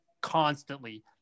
constantly